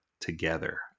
together